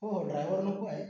हो हो ड्रायव्हर नको आहे